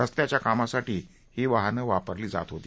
रस्त्याच्या कामासाठी ही वाहनं वापरली जात होती